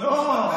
לא,